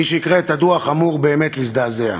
מי שיקרא את הדוח אמור באמת להזדעזע.